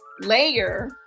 layer